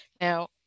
Now